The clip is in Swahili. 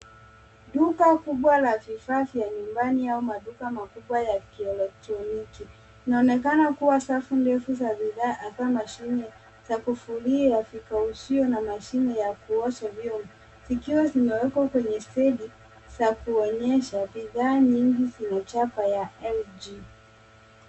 Duka kubwa la vifaa vya nyumbani au maduka makubwa ya kielektroniki inaonekana kuwa Safu ndefu na bidhaa za kuvulia na kuvikaushia na mashini ya kuosha vyombo zikiwa zimewekwa kwenye standi za kuonyesha bidhaa nyingi zenye chapa la LG .